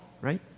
right